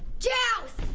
joust.